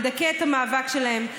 לדכא את המאבק שלהם.